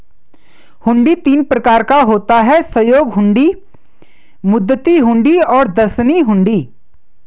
हुंडी तीन प्रकार का होता है सहयोग हुंडी, मुद्दती हुंडी और दर्शनी हुंडी